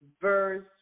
verse